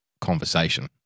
Conversation